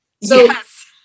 Yes